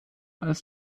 als